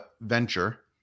venture